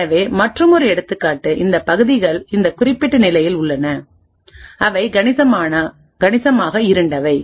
எனவே மற்றொரு எடுத்துக்காட்டுஇந்த பகுதிகள் இந்த குறிப்பிட்ட நிலையில் உள்ளன அவை கணிசமாக இருண்டவை